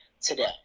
today